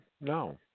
No